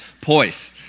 poise